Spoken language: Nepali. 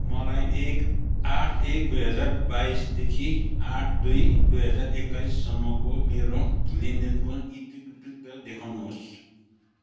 मलाई एक आठ एक दुई हजार बाइसदेखि आठ दुई दुई हजार एक्काइस ससम्मको मेरो लेनदेनको इतिवृत्त देखाउनुहोस्